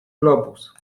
globus